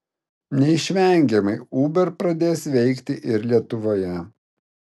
neišvengiamai uber pradės veikti ir lietuvoje